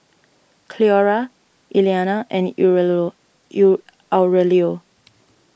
Cleora Elianna and Aurelio